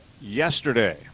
yesterday